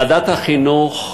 ועדת החינוך,